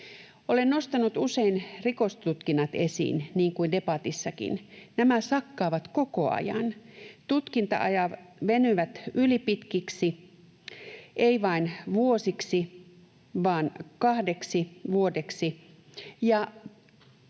Olen nostanut usein rikostutkinnat esiin, niin kuin tein debatissakin. Nämä sakkaavat koko ajan. Tutkinta-ajat venyvät ylipitkiksi, eivät vain vuodeksi, vaan kahdeksi vuodeksi,